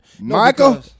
Michael